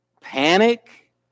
panic